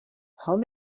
how